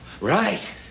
right